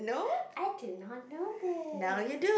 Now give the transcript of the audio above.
I did not know this